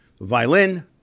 violin